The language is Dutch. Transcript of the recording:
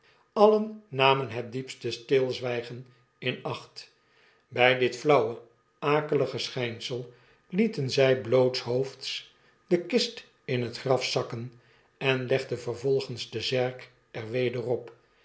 allen namen het diepste stilzwygen in acht by dit flauwe akelige schynsel lietenzij mootshoofds de kist in het graf zakken en legden vervolgens de zerk er weder op